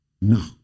No